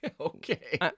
Okay